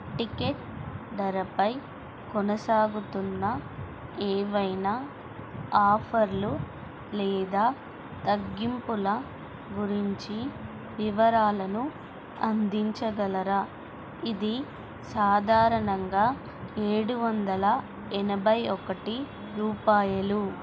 ticket ధరపై కొనసాగుతున్న ఏవైనా ఆఫర్లు లేదా తగ్గింపుల గురించి వివరాలను అందించగలరా ఇది సాధారణంగా ఏడు వందల ఎనభై ఒకటి రూపాయలు